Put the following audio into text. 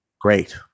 great